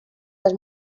les